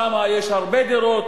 ושם יש הרבה דירות,